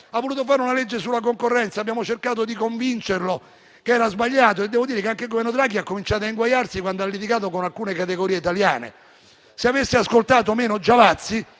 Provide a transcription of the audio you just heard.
ha voluto fare una legge sulla concorrenza, abbiamo cercato di convincerlo che era sbagliato e devo dire che anche il Governo Draghi ha cominciato a inguaiarsi quando ha litigato con alcune categorie italiane. Se avesse ascoltato meno Giavazzi,